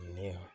new